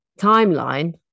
timeline